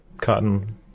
cotton